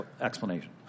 explanation